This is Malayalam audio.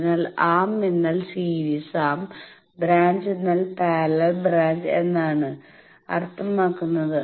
അതിനാൽ ആം എന്നാൽ സീരീസ് ആം ബ്രാഞ്ച് എന്നാൽ പാരലൽ ബ്രാഞ്ച് എന്നാണ് അർത്ഥമാക്കുന്നത്